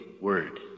Word